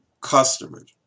customers